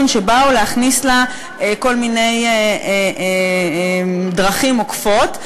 שבאו להכניס לה כל מיני דרכים עוקפות.